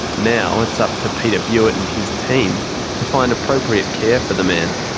now it's up to peter bewert and his team to find appropriate care for the man.